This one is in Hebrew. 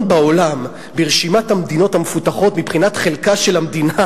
בעולם ברשימת המדינות המפותחות מבחינת חלקה של המדינה